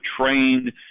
trained